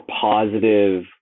positive